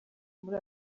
muri